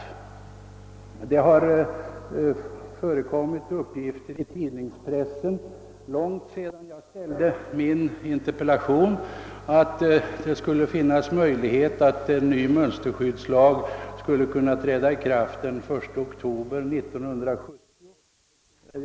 I pressen har uppgifter förekommit — även lång tid efter det jag framställt min interpellation — att möjligheter skulle föreligga att en ny mönsterskyddslag skulle kunna träda i kraft den 1 oktober 1970.